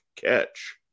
catch